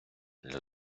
для